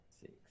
six